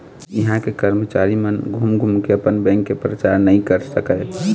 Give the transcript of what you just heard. इहां के करमचारी मन घूम घूम के अपन बेंक के परचार नइ कर सकय